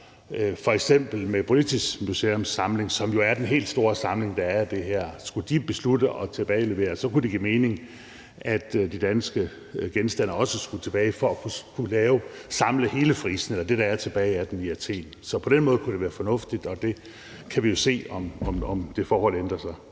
f.eks. British Museum, som jo har den helt store samling, skulle beslutte at tilbagelevere genstande, kunne det give mening, at de danske genstande også skulle tilbage for at kunne samle hele frisen eller det, der er tilbage af den, i Athen. På den måde kunne det være fornuftigt, og vi kan jo se, om det forhold ændrer sig.